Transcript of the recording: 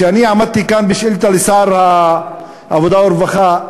ואני עמדתי כאן בשאילתה לשר העבודה והרווחה,